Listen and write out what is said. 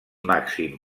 màxim